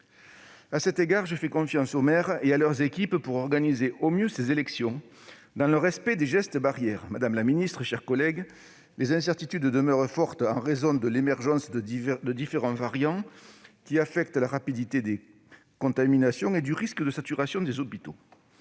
À cet égard, je fais confiance aux maires et à leurs équipes pour organiser au mieux ces élections, dans le respect des gestes barrières. Madame la ministre, chers collègues, les incertitudes demeurent fortes en raison de l'émergence de différents variants, qui affectent la rapidité des contaminations, et du risque de saturation des hôpitaux.